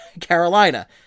Carolina